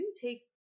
take